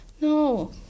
No